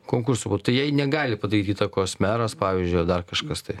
konkurso jai negali padaryt įtakos meras pavyzdžiui ar dar kažkas tai